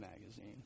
magazine